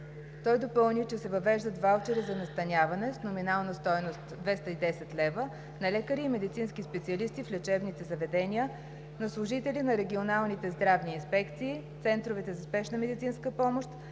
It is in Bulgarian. Той допълни, че се въвеждат ваучери за настаняване с номинална стойност 210 лв. на лекарите и медицинските специалисти в лечебните заведения, на служителите на регионалните здравни инспекции, центровете за спешна медицинска помощ,